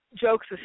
Jokes